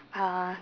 uh